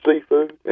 seafood